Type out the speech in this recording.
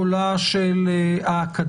קולה של האקדמיה,